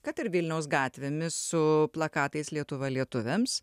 kad ir vilniaus gatvėmis su plakatais lietuva lietuviams